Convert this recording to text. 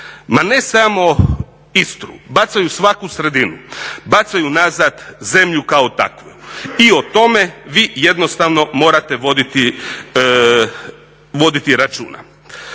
Ma ne samo Istru, bacaju svaku sredinu, bacaju nazad zemlju kao takvu i o tome vi jednostavno morate voditi računa.